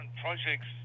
projects